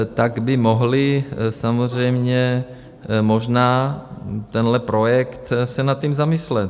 Tak by mohli samozřejmě možná tenhle projekt se nad tím zamyslet.